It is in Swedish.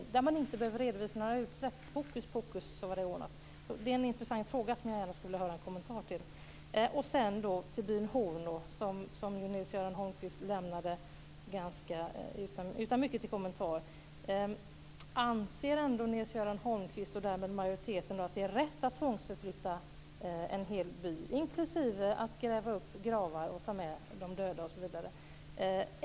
I det avseendet behöver man inte redovisa några utsläpp - hokus pokus, så var det ordnat. Detta är en intressant fråga där jag skulle vilja ha en kommentar. Byn Horno lämnade Nils-Göran Holmqvist utan mycket till kommentar. Anser Nils-Göran Holmqvist, och därmed majoriteten, att det är rätt att tvångsförflytta en hel by, inklusive att gräva upp gravar, ta med de döda osv.?